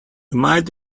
might